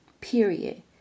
Period